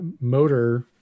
motor